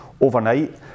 overnight